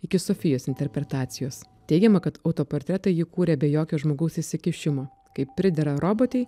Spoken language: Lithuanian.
iki sofijos interpretacijos teigiama kad autoportretą ji kūrė be jokio žmogaus įsikišimo kaip pridera robotei